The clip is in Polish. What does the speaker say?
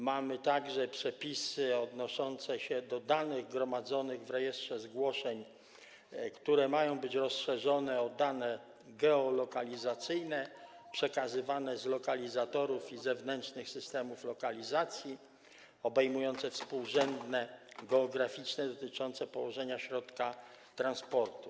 Mamy również przepisy odnoszące się do danych gromadzonych w rejestrze zgłoszeń, które mają być rozszerzone o dane geolokalizacyjne przekazywane z lokalizatorów i zewnętrznych systemów lokalizacji, obejmujące współrzędne geograficzne dotyczące położenia środka transportu.